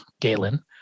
Galen